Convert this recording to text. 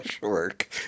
Work